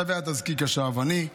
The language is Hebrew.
צווי התזקיק השעווני,